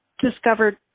discovered